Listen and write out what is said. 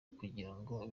kugirango